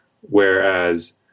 Whereas